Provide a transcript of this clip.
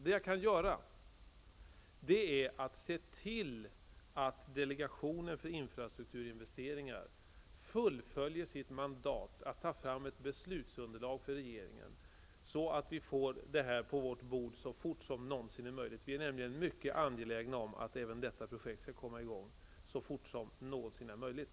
Det jag kan göra är att se till att delegationen för infrastrukturinvesteringar fullföljer sitt mandat att ta fram ett beslutsunderlag för regeringen så att vi får det på vårt bord så fort som någonsin möjligt. Regeringen är mycket angelägen om att även detta projekt skall komma i gång så snart som någonsin möjligt.